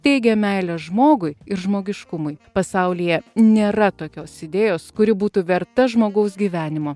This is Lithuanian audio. teigia meilę žmogui ir žmogiškumui pasaulyje nėra tokios idėjos kuri būtų verta žmogaus gyvenimo